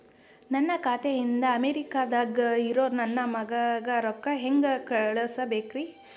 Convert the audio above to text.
ನನ್ನ ಖಾತೆ ಇಂದ ಅಮೇರಿಕಾದಾಗ್ ಇರೋ ನನ್ನ ಮಗಗ ರೊಕ್ಕ ಹೆಂಗ್ ಕಳಸಬೇಕ್ರಿ?